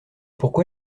pourquoi